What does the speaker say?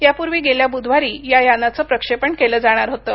यापूर्वी गेल्या बुधवारी या यानाचं प्रक्षेपण केलं जाणार होतं